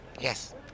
Yes